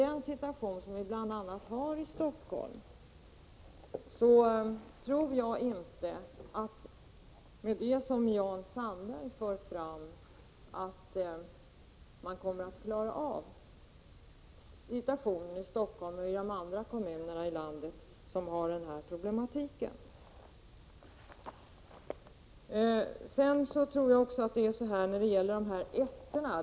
Jag tror inte att man med de åtgärder som Jan Sandberg förespråkar kommer att klara de problem som vi har här i Stockholm och som man har även i andra kommuner i landet. Jag vill också ta upp frågan om ettorna.